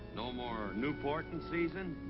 no more newport in season?